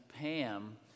Pam